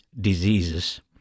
diseases